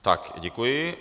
Tak děkuji.